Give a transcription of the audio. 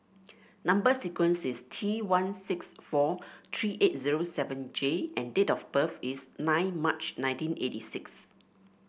number sequence is T one six four three eight zero seven J and date of birth is nine March nineteen eighty six